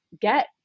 get